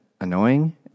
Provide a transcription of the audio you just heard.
annoying